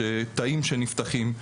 תאים שנפתחים.